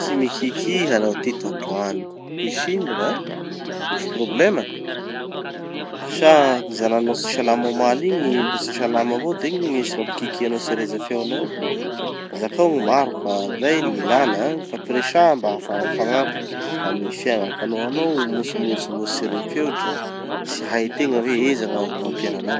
Tsy mikiky hanao ty tandroany. Misy ino ra? Misy problema? Sa gny zananao tsy salama omaly igny mbo tsy salama avao da igny tsy mampikiky anao tsy ahareza feo anao. Zakao gny mary fa zay any gn'ilana, ifampiresaha mba ahafaha mifagnampy amy gny fiaigna ka no hanao mimontsomontso avao tsy re feo dra tsy hay tegna hoe eza gny azo agnampian'anao.